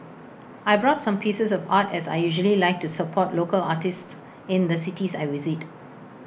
I brought some pieces of art as I usually like to support local artists in the cities I visit